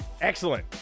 excellent